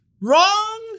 Wrong